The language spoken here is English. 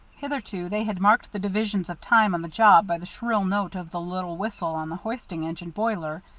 hitherto they had marked the divisions of time on the job by the shrill note of the little whistle on the hoisting engine boiler,